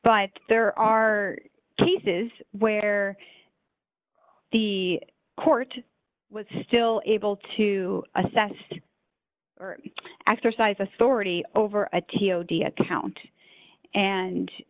but there are cases where the court was still able to assess or exercise authority over a t o g account and